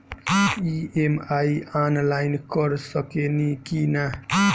EMI online कर सकेनी की ना?